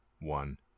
one